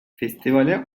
festivale